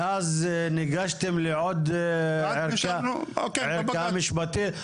ואז ניגשתם לעוד ערכאה משפטית.